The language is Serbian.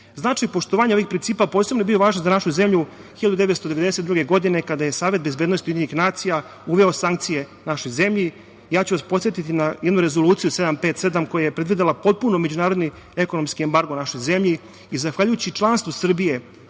usluge. Značaj poštovanja ovih principa je posebno bio važan za našu zemlju 1992. godine kada je Savet bezbednosti UN uveo sankcije našoj zemlji. Podsetiću vas na jednu Rezoluciju 757 koja je predvidela potpuni međunarodni ekonomski embargo našoj zemlji i zahvaljujući članstvu Srbije